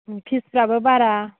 फिसफ्राबो बारा